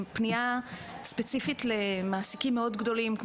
הייתה פנייה ספציפית למעסיקים מאוד גדולים,